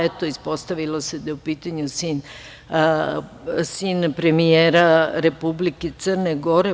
Eto, ispostavilo se da je u pitanju sin premijera Republike Crne Gore.